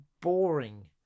boring